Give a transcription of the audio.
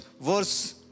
verse